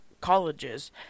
colleges